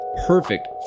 perfect